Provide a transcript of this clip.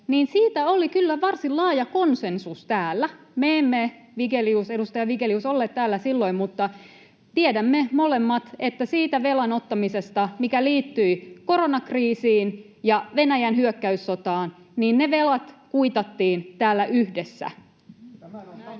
Siitä oli kyllä varsin laaja konsensus täällä. Me emme, edustaja Vigelius, olleet täällä silloin, mutta tiedämme molemmat siitä velan ottamisesta, mikä liittyi koronakriisiin ja Venäjän hyökkäyssotaan, että ne velat kuitattiin täällä yhdessä. [Aki Lindénin